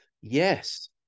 yes